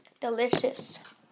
Delicious